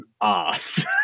ass